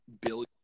billion